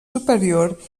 superior